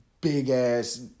big-ass